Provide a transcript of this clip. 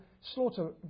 slaughter